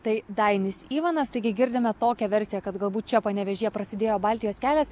tai dainis ivanas taigi girdime tokią versiją kad galbūt čia panevėžyje prasidėjo baltijos kelias